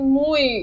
muy